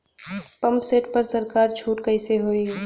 Pump set पर सरकार छूट कईसे होई?